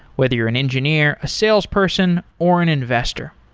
whether you're an engineer, a sales person or an investor.